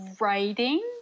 writing